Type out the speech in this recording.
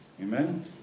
Amen